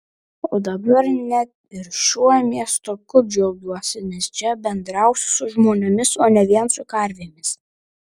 o dabar net ir šiuo miestuku džiaugiuosi nes čia bendrausiu su žmonėmis o ne vien su karvėmis